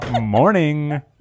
Morning